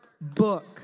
book